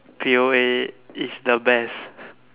P_O_A is the best